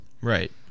Right